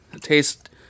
taste